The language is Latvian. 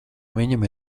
viņam